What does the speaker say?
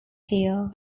heel